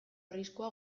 arriskua